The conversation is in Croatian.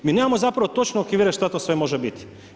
Mi nemamo zapravo točne okvire šta to sve može biti.